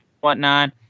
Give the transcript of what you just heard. whatnot